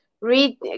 read